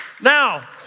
Now